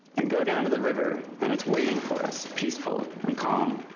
and go down to the river and it's waiting for us, peaceful and calm,